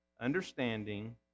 understanding